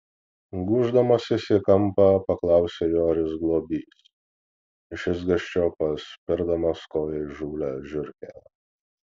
gūždamasis į kampą paklausė joris globys iš išgąsčio paspirdamas koja įžūlią žiurkę